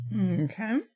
Okay